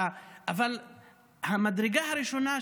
המדרגה הראשונה,